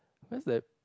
where's that